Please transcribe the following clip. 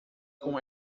com